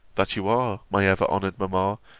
that you are, my ever-honoured mamma,